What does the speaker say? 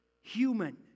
human